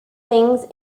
things